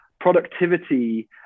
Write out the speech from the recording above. productivity